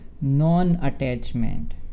non-attachment